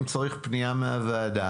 אם צריך פניה מהוועדה,